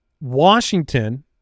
Washington